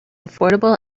affordable